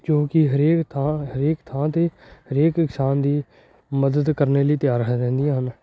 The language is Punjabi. ਜੋ ਕਿ ਹਰੇਕ ਥਾਂ ਹਰੇਕ ਥਾਂ 'ਤੇ ਹਰੇਕ ਕਿਸਾਨ ਦੀ ਮਦਦ ਕਰਨ ਲਈ ਤਿਆਰ ਰਹਿੰਦੀਆਂ ਹਨ